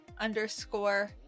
underscore